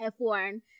F1